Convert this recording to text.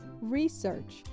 research